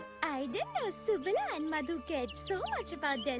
i didn't know subala and madhu cared so much about their